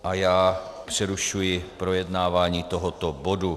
A já přerušuji projednávání tohoto bodu.